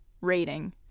rating